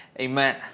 Amen